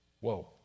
Whoa